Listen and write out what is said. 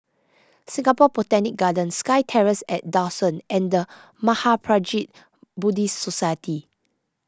Singapore Botanic Gardens SkyTerrace at Dawson and the Mahaprajna Buddhist Society